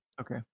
okay